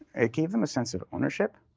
it gave them a sense of ownership.